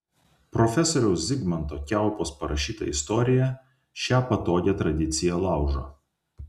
profesoriaus zigmanto kiaupos parašyta istorija šią patogią tradiciją laužo